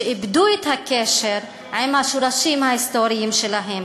שאיבדו את הקשר עם השורשים ההיסטוריים שלהם,